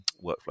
workflow